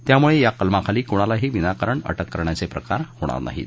यामुळे या कलमाखाली कुणालाही विनाकारण अटक करण्याचे प्रकार होणार नाहीत